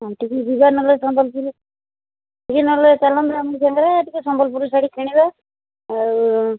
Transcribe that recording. ସେଇଠି କି ଯିବା ନହେଲେ ସମ୍ବଲପୁର ଟିକେ ନହେଲେ ଚାଲନ୍ତୁ ଆମ ସାଙ୍ଗରେ ଟିକେ ସମ୍ବଲପୁରୀ ଶାଢ଼ୀ କିଣିବା ଆଉ